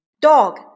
dog